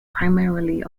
primarily